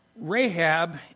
Rahab